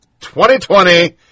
2020